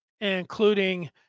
including